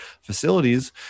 facilities